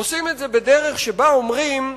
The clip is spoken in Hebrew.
עושים את זה בדרך שבה אומרים,